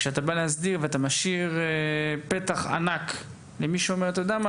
כשאתה בא להסדיר ומשאיר פתח ענק למי שאומר: "אתה יודע מה?